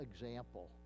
example